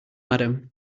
madam